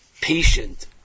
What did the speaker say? patient